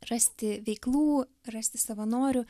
rasti veiklų rasti savanorių